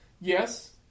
Yes